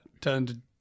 Turned